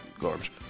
Garbage